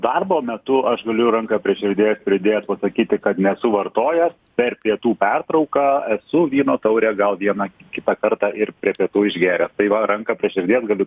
darbo metu aš galiu ranką prie širdies pridėjęs pasakyti kad nesu vartojate per pietų pertrauką esu vyno taurę gal vieną kitą kartą ir prie pietų išgėręs tai va ranką prie širdies galiu